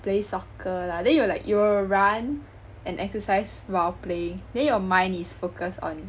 play soccer lah then you will like you run and exercise while playing then your mind is focused on